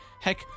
Heck